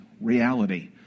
reality